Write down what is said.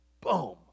Boom